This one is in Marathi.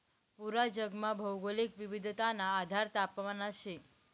पूरा जगमा भौगोलिक विविधताना आधार तापमानच शे